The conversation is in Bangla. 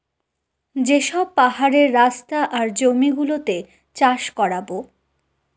যে সব পাহাড়ের রাস্তা আর জমি গুলোতে চাষ করাবো